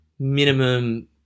Minimum